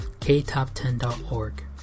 ktop10.org